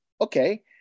okay